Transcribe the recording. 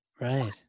Right